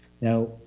Now